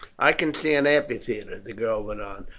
i can see an amphitheatre, the girl went on,